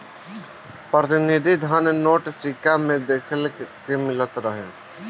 प्रतिनिधि धन नोट, सिक्का में देखे के मिलत रहे